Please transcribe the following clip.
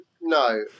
no